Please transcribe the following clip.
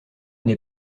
n’es